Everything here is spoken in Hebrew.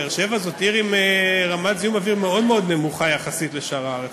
באר-שבע זו עיר עם רמת זיהום אוויר מאוד מאוד נמוכה יחסית לשאר הארץ.